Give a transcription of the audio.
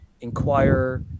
inquire